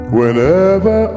whenever